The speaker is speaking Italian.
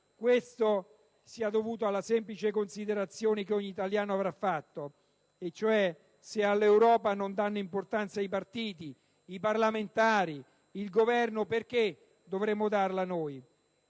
questo sia dovuto alla semplice considerazione che ogni italiano avrà fatto, vale a dire: «Se all'Europa non danno importanza i partiti, i parlamentari, il Governo, perché dovremmo darla noi»?